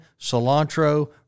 cilantro